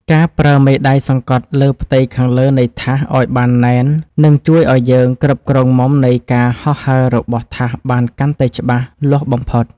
ការប្រើមេដៃសង្កត់លើផ្ទៃខាងលើនៃថាសឱ្យបានណែននឹងជួយឱ្យយើងគ្រប់គ្រងមុំនៃការហោះហើររបស់ថាសបានកាន់តែច្បាស់លាស់បំផុត។